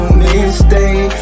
mistake